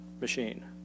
machine